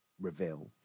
reveal